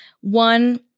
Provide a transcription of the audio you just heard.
One